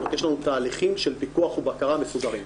יש לנו תהליכים של פיקוח ובקרה מסודרים.